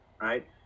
right